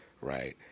right